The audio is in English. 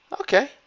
okay